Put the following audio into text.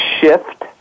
shift